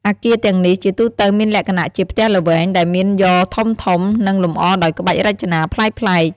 អគារទាំងនេះជាទូទៅមានលក្ខណៈជាផ្ទះល្វែងដែលមានយ៉រធំៗ និងលម្អដោយក្បាច់រចនាប្លែកៗ។